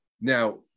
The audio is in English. Now